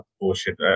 bullshit